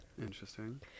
Interesting